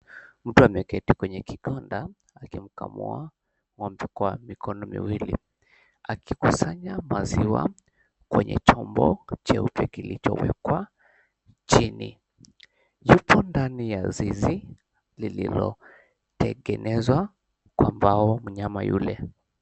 Mtu ameketi kwenye kigonda, akimkamua ng'ombe kwa mikono miwili, akikusanya maziwa kwenye chombo cheupe kilichowekwa chini. Yupo ndani ya zizi, lililotengenezwa kwa mbao, mnyama yule.